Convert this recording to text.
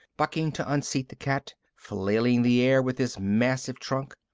bucking to unseat the cat, flailing the air with his massive trunk.